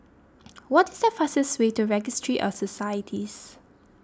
what is the fastest way to Registry of Societies